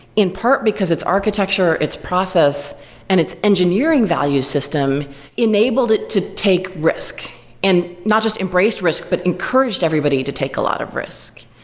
in part because its architecture, its process and its engineering value system enabled it to take risk and not just embrace risk, but encouraged everybody to take a lot of risk.